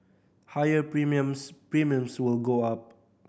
higher premiums premiums will go up